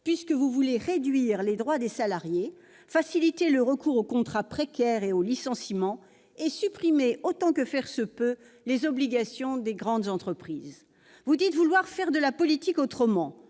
puisque vous voulez réduire les droits des salariés, faciliter le recours aux contrats précaires et aux licenciements et supprimer, autant que faire se peut, les obligations des grandes entreprises. Vous dites vouloir faire de la politique autrement-